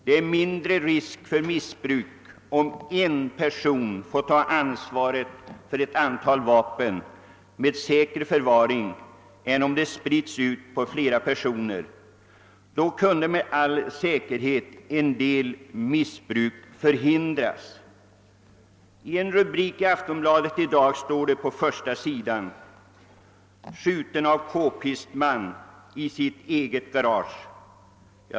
Risken för missbruk blir mindre om en person får ta ansvaret för förvaring av vapnen än om dessa sprids ut på flera personer. I en rubrik på första sidan av dagens nummer av Aftonbladet står det följande: »Skjuten av k-pistman i sitt eget garage».